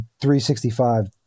365